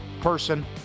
Person